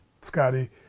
Scotty